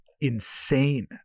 insane